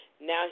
Now